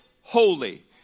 holy